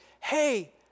hey